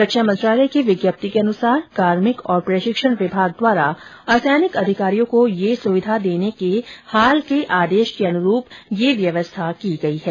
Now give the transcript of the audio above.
रक्षा मंत्रालय की विज्ञप्ति के अनुसार कार्मिक और प्रशिक्षण विभाग द्वारा असैनिक अधिकारियों को यह सुविधा देने के हाल के आदेश के अनुरूप ये व्यवस्था की गई है